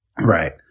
Right